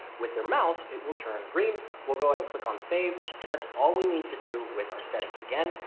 with their mouse, it will turn green. we'll go ahead and click on save and that's all we need to do with our settings. again,